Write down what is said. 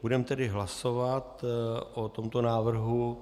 Budeme tedy hlasovat o tomto návrhu.